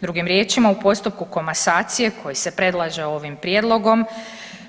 Drugim riječima, u postupku komasacije koji se predlaže ovim prijedlogom